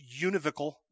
univocal